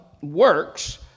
works